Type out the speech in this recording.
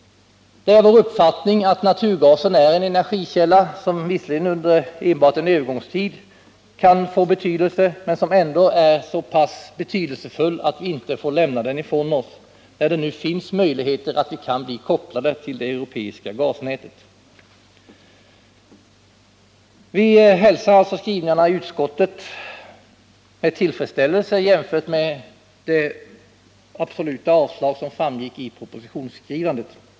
Det är vår uppfattning att naturgasen är en energikälla som kan få betydelse — visserligen enbart under en övergångstid, men den är ändå så pass betydelsefull att vi inte får lämna den åt sidan när det nu finns möjligheter för oss till en inkoppling på det europeiska gasnätet. Vi hälsar alltså skrivningarna i utskottet med tillfredsställelse — de är betydligt mer positiva än de absoluta avstyrkandena i propositionen.